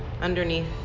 underneath